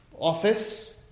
office